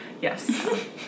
Yes